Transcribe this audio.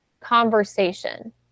conversation